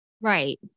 Right